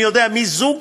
אני יודע מי זוג.